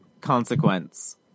Consequence